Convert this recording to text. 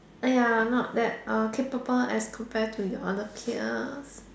!aiya! not that uh capable as compare to your other peers